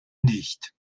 nicht